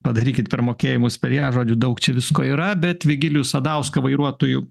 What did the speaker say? padarykit permokėjimus per ją žodžiu daug čia visko yra bet vigilijų sadauską vairuotojų